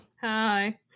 Hi